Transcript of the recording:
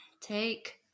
Take